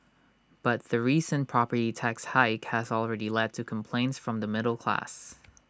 but the recent property tax hike has already led to complaints from the middle class